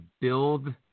build